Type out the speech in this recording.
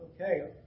okay